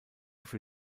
für